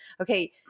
Okay